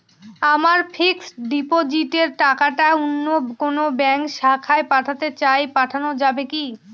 আমার ফিক্সট ডিপোজিটের টাকাটা অন্য কোন ব্যঙ্কের শাখায় পাঠাতে চাই পাঠানো যাবে কি?